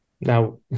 Now